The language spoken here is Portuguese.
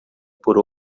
por